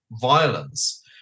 violence